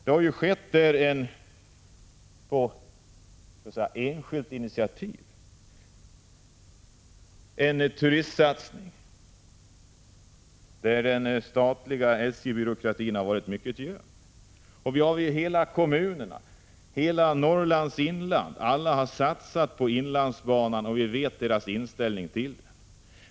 På enskilt initiativ har gjorts en turistsatsning där den statliga byråkratin har varit mycket ljum. Kommunerna i hela Norrlands inland har satsat på inlandsbanan, och vi vet deras inställning.